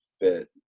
fit